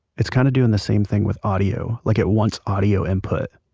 it's kind of doing the same thing with audio, like it wants audio input.